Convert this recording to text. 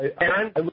Aaron